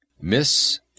Miss